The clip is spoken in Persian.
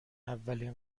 اولین